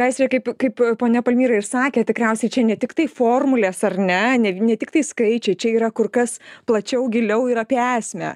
aiste kaip kaip ponia palmyra ir sakė tikriausiai čia ne tiktai formulės ar ne ne vie ne tiktai skaičiai čia yra kur kas plačiau giliau ir apie esmę